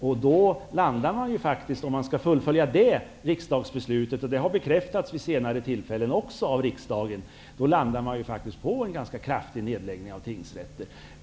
Om man skulle följa det riksdagsbeslutet, som har bekräftats vid senare tillfällen, landar man på en omfattande nedläggning av tingsrätter.